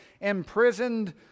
imprisoned